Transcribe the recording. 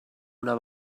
una